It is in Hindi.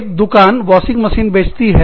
एक दुकान वाशिंग मशीन बेचती है